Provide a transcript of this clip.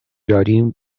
داریم